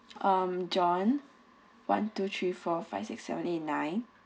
um john one two three four five six seven eight nine